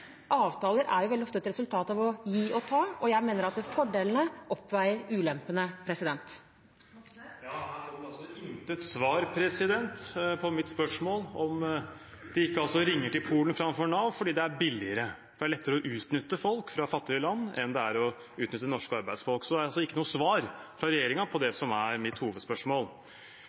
Avtaler er veldig ofte et resultat av å gi og ta, og jeg mener at fordelene oppveier ulempene. Her kom det intet svar på mitt spørsmål om de ikke ringer til Polen framfor til Nav fordi det er billigere, og fordi det er lettere å utnytte folk fra fattige land enn det er å utnytte norske arbeidsfolk. Jeg får altså ikke noe svar fra regjeringen på det som er mitt hovedspørsmål.